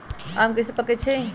आम कईसे पकईछी?